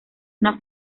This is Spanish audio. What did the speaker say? una